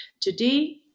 Today